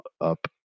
up